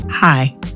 Hi